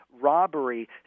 robbery